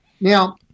Now